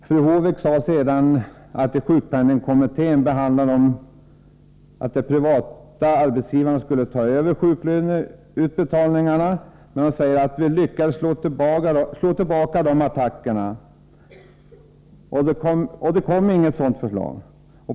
Fru Håvik sade sedan: ”I sjukpenningkommittén behandlade vi förslag om att de privata arbetsgivarna skulle ta över sjuklöneutbetalningen. Vi lyckades slå tillbaka de attackerna. Det kom inget sådant förslag.